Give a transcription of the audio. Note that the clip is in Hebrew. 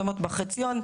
זאת אומרת, בחציון.